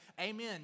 Amen